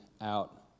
out